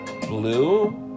blue